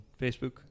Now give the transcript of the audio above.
Facebook